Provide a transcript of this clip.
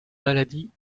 maladie